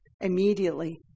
immediately